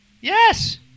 Yes